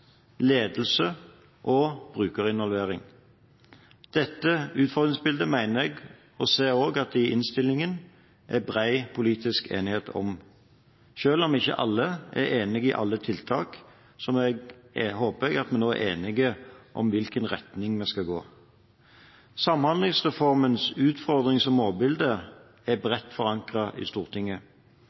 ledelse og brukerinvolvering. Dette utfordringsbildet mener jeg også å se av innstillingen at det er bred politisk enighet om. Selv om ikke alle er enige i alle tiltak, håper jeg at vi nå er enige om i hvilken retning vi skal gå. Samhandlingsreformens utfordrings- og målbilde er bredt forankret i Stortinget.